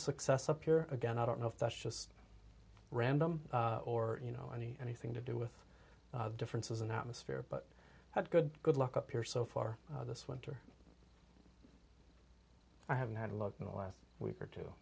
success up here again i don't know if that's just random or you know any anything to do with the differences in atmosphere but good good luck up here so far this winter i haven't had a look in the last week or two